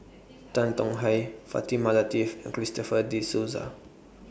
Tan Tong Hye Fatimah Lateef and Christopher De Souza